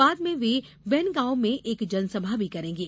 बाद में वे बेनगांव में एक जनसभा भी करेंगे